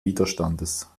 widerstandes